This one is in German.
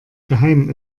geheim